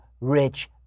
rich